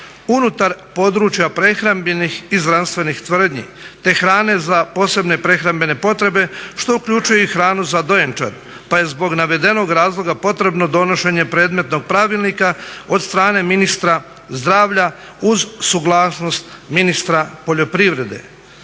unutar područja prehrambenih i zdravstvenih tvrdnji te hrane za posebne prehrambene potrebe, što uključuje i hranu za dojenčad pa je zbog navedenog razloga potrebno donošenje predmetnog pravilnika od strane ministra zdravlja, uz suglasnost ministra poljoprivrede.